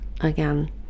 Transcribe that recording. again